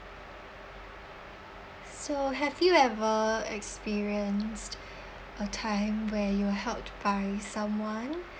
so have you ever experienced a time where you're helped by someone